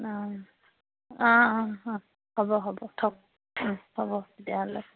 অঁ অঁ অঁ অঁ হ'ব হ'ব থওক হ'ব তেতিয়াহ'লে